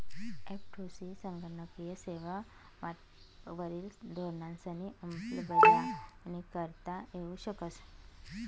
एफ.टु.सी संगणकीय सेवा वाटपवरी धोरणंसनी अंमलबजावणी करता येऊ शकस